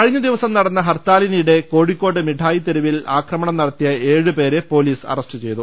കഴിഞ്ഞ ദിവസം നടന്ന ഹർത്താലിനിടെ കോഴിക്കോട് മിഠായിത്തെരുവിൽ ആക്രമണം നടത്തിയ ഏഴ് പേരെ പോലീസ് അറസ്റ്റ് ചെയ്തു